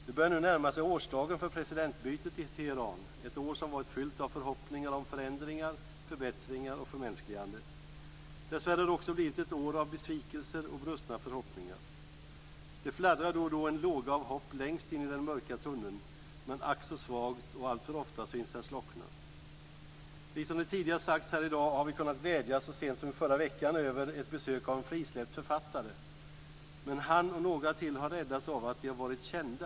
Det börjar nu närma sig årsdagen för presidentbytet i Teheran - ett år som har varit fyllt av förhoppningar om förändringar, förbättringar och förmänskligande. Dessvärre har det också blivit ett år av besvikelser och brustna förhoppningar. Det fladdrar då och då en låga av hopp längst in i den mörka tunneln, men ack så svagt, och alltför ofta synes den slockna. Liksom det tidigare sagts här i dag har vi kunnat glädjas så sent som i förra veckan över ett besök av en frisläppt författare, men han och några till har räddats av att de varit kända.